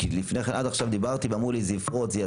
עד עכשיו דיברתי ואמרו לי שזה יפרוץ וכולי.